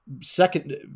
second